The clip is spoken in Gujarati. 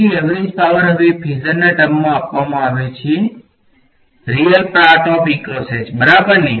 તેથી એવરેજ પાવર હવે ફેઝરના ટર્મમાં આપવામાં આવે છે બરાબરને